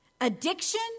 addiction